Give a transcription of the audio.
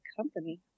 company